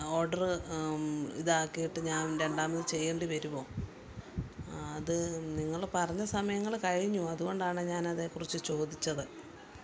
order ഇതാക്കിയിട്ട് ഞാൻ രണ്ടാമത് ചെയ്യേണ്ടി വരുമോ അത് നിങ്ങള് പറഞ്ഞ സമയങ്ങള് കഴിഞ്ഞു അതുകൊണ്ടാണ് ഞാനതേക്കുറിച്ച് ചോദിച്ചത്